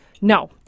No